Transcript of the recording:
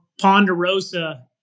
Ponderosa